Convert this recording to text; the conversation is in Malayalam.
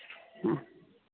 ആ